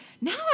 now